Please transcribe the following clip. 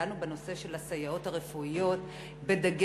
דנו בנושא של הסייעות הרפואיות בדגש